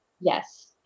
Yes